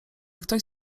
ktoś